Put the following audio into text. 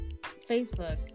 Facebook